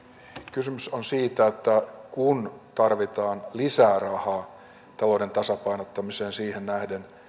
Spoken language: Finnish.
kysymys on siitä että kun tarvitaan lisää rahaa talouden tasapainottamiseen siihen nähden